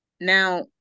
Now